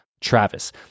Travis